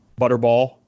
butterball